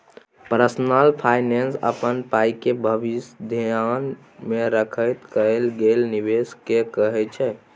personal finance अपन पाइके भबिस धेआन मे राखैत कएल गेल निबेश केँ कहय छै